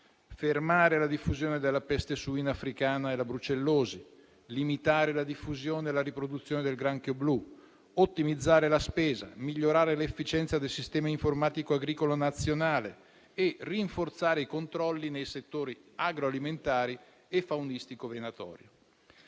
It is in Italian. fermare la diffusione della peste suina africana e la brucellosi, limitare la diffusione e la riproduzione del granchio blu, ottimizzare la spesa, migliorare l'efficienza del sistema informatico agricolo nazionale e rinforzare i controlli nei settori agroalimentari e faunistico-venatori.